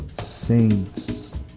saints